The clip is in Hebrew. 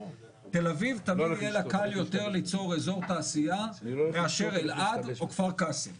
לתל אביב תמיד יהיה יותר קל ליצור אזור תעשייה מאשר אלעד או כפר קאסם.